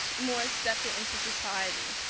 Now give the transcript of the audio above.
more accepted into society.